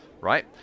Right